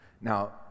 now